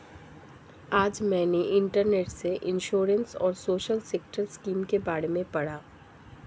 आज मैंने इंटरनेट से इंश्योरेंस और सोशल सेक्टर स्किम के बारे में पढ़ा